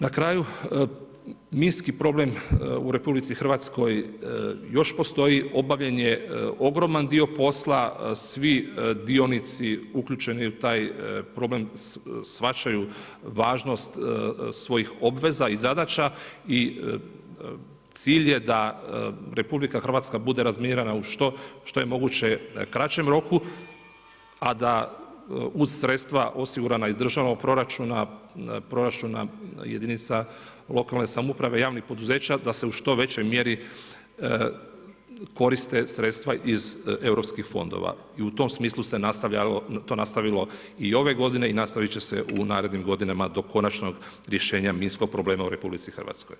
Na kraju niski problem u RH još postoji, obavljen je ogroman dio posla, svi dionici uključeni u taj problem shvaćaju važnost svojih obveza i zadaća i cilj je da RH bude razminirana u što je moguće kraćem roku, a da uz sredstva osigurana iz državnog proračuna, proračuna jedinica lokalne samouprave i javnih poduzeća da se u što većoj mjeri koriste sredstva iz europskih fondova i u tom smislu se to nastavilo i ove godine i nastavit će se i u narednim godinama do konačnog rješenja minskog problema u RH.